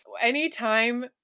anytime